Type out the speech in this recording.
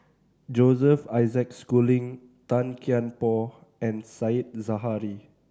Joseph Isaac Schooling Tan Kian Por and Said Zahari